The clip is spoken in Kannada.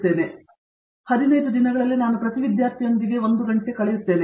ಮೂರ್ತಿ ಆದ್ದರಿಂದ ಹದಿನೈದು ದಿನಗಳಲ್ಲಿ ನಾನು ಪ್ರತಿ ವಿದ್ಯಾರ್ಥಿಯೊಂದಿಗೆ ಒಂದು ಗಂಟೆ ಕಳೆಯುತ್ತೇನೆ